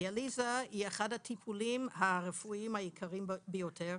דיאליזה היא אחד הטיפולים הרפואיים היקרים ביותר,